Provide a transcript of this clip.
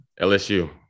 LSU